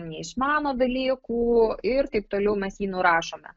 neišmano dalykų ir taip toliau mes jį nurašome